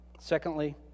Secondly